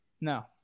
No